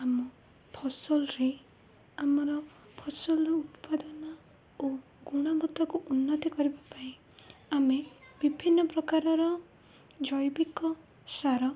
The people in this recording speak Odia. ଆମ ଫସଲରେେ ଆମର ଫସଲର ଉତ୍ପାଦନ ଓ ଗୁଣବତ୍ତକୁ ଉନ୍ନତି କରିବା ପାଇଁ ଆମେ ବିଭିନ୍ନ ପ୍ରକାରର ଜୈବିକ ସାର